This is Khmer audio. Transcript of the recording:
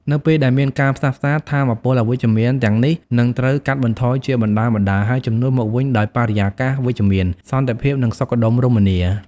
នៅពេលដែលមានការផ្សះផ្សា ថាមពលអវិជ្ជមានទាំងនេះនឹងត្រូវកាត់បន្ថយជាបណ្ដើរៗ ហើយជំនួសមកវិញដោយបរិយាកាសវិជ្ជមាន សន្តិភាព និងសុខដុមរមនា។